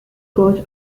coach